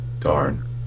darn